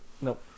Nope